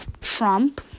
Trump